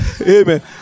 Amen